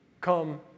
come